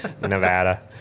Nevada